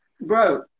Bro